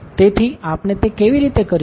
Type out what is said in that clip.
તેથી આપણે તે કેવી રીતે કરીશું